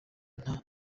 nta